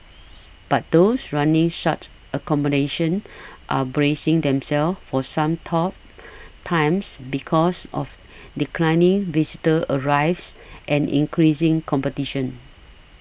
but those running such accommodation are bracing themselves for some tough times because of declining visitor arrivals and increasing competition